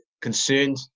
concerned